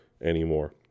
anymore